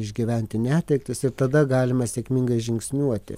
išgyventi netektis ir tada galima sėkmingai žingsniuoti